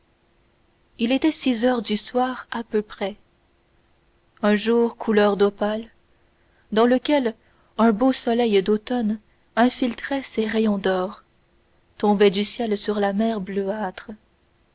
il était six heures du soir à peu près un jour couleur d'opale dans lequel un beau soleil d'automne infiltrait ses rayons d'or tombait du ciel sur la mer